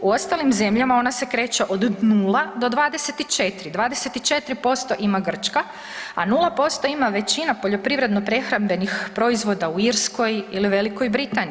U ostalim zemljama ona se kreće od 0 do 24, 24% ima Grčka, a 0% ima većina poljoprivredno prehrambenih proizvoda u Irskoj ili Velikoj Britaniji.